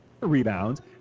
rebounds